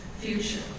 Future